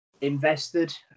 Invested